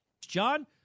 John